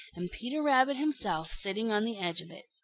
and peter rabbit himself sitting on the edge of it.